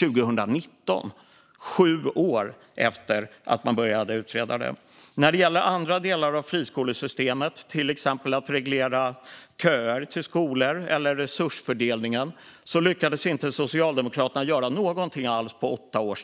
2019; sju år efter att man hade börjat utredningen. När det gäller andra delar av friskolesystemet, till exempel att reglera köer till skolor eller resursfördelningen, lyckades inte Socialdemokraterna göra något alls på åtta år.